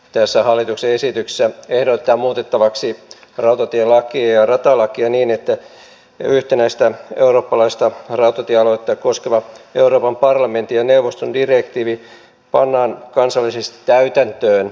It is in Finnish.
tässä hallituksen esityksessä ehdotetaan muutettavaksi rautatielakia ja ratalakia niin että yhtenäistä eurooppalaista rautatiealuetta koskeva euroopan parlamentin ja neuvoston direktiivi pannaan kansallisesti täytäntöön